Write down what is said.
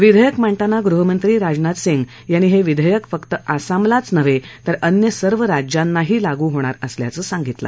विधेयक मांडताना गृहमंत्री राजनाथ सिंह यांनी हे विधेयक फक्त आसामलाच नव्हे तर अन्य सर्व राज्यानांही लागू होणार असल्याचे सांगितले